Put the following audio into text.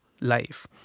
life